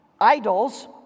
Idols